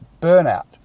burnout